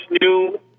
new